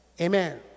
Amen